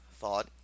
thought